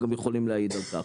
והם גם יכולים להעיד על כך.